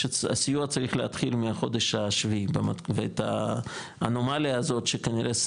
שסיוע צריך להתחיל מהחודש השביעי ואת האנומליה הזאת שכנראה,